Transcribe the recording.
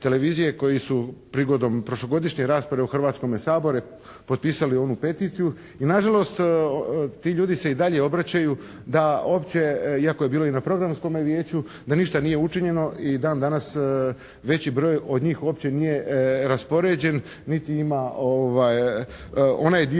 koji su prigodom prošlogodišnje rasprave u Hrvatskome saboru potpisali onu peticiju i na žalost ti ljudi se i dalje obraćaju da uopće iako je bilo i na programskome vijeću da ništa nije učinjeno i dan danas veći broj od njih uopće nije raspoređen niti ima onaj dio